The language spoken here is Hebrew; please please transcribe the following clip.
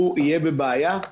הוא יהיה בבעיה?